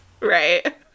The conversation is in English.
Right